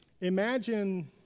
Imagine